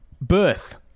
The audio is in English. birth